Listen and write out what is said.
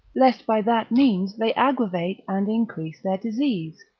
lest by that means they aggravate and increase their disease